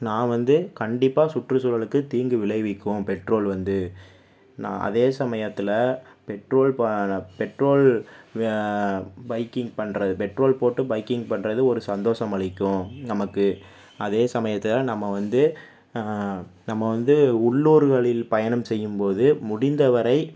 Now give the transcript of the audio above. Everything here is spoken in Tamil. நான் வந்து கண்டிப்பாக சுற்றுச்சூழலுக்கு தீங்கு விளைவிக்கும் பெட்ரோல் வந்து நான் அதே சமயத்தில் பெட்ரோல் பெட்ரோல் பைக்கிங் பண்ணுற பெட்ரோல் போட்டு பைக்கிங் பண்ணுறது ஒரு சந்தோஷம் அளிக்கும் நமக்கு அதே சமயத்தில் நம்ம வந்து நம்ம வந்து உள்ளூர்களில் பயணம் செய்யும்போது முடிந்தவரை